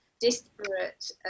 disparate